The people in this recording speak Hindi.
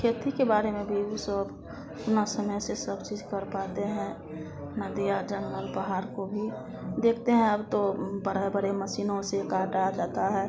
खेती के बारे में भी ऊ सब अपना समय से सब चीज कर पाते हैं नदियां जंगल पहाड़ को भी देखते हैं अब तो बड़े बड़े मशीनों से काटा जाता है